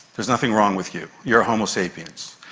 there's nothing wrong with you. you are homo sapiens.